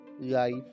life